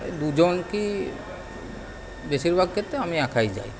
এই দুজন কী বেশিরভাগ ক্ষেত্রে আমি একাই যাই